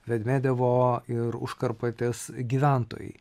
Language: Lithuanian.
vedmedevo ir užkarpatės gyventojai